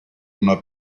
una